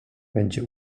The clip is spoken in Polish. będzie